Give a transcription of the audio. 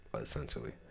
essentially